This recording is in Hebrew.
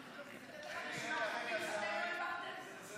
לתת לכם רשימת חוקים שאתם לא העברתם?